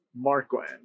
Markland